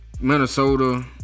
Minnesota